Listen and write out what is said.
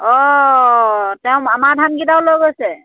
অঁ তেওঁ আমাৰ ধানকেইটাও লৈ গৈছে